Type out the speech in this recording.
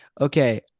Okay